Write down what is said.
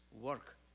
work